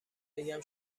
بگم